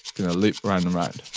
gonna loop round and round.